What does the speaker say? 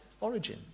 origin